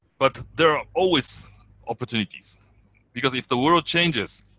but there are always opportunities because if the world changes,